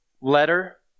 letter